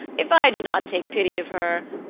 if i do not take pity of her,